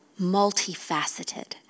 multifaceted